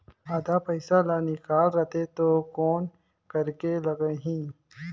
आधा पइसा ला निकाल रतें तो कौन करेके लगही?